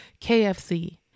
KFC